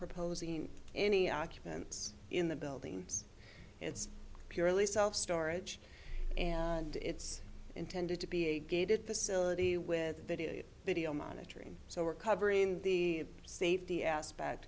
proposing any occupants in the building it's purely self storage and it's intended to be a gated facility with video video monitoring so we're covering the safety aspect